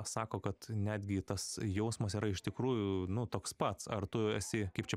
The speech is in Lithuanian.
sako kad netgi tas jausmas yra iš tikrųjų nu toks pats ar tu esi kaip čia